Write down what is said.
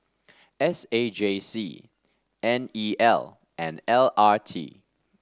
S A J C N E L and L R T